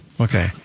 Okay